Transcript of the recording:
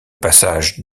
passage